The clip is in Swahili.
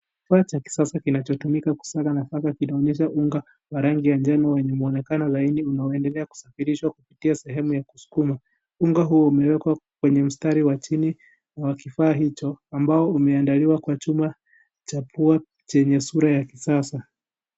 Kifaa cha kisasa kinachotumika kusaga nafaka kinaonyesha unga wa rangi ya njano wenye mwonekano unaoendelea kusafirishwa kupitia sehemu ya kuskuma. Unga huu umewekwa kwenye mstari wa chini wa kifaa hicho ambao umeandaliwa kwa chuma cha pua chenye sura ya kisasa.